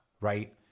right